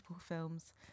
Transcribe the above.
films